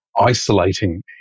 isolating